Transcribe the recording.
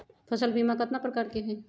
फसल बीमा कतना प्रकार के हई?